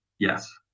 Yes